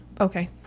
okay